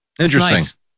Interesting